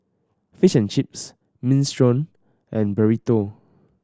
Fish and Chips Minestrone and Burrito